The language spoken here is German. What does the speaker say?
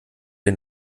den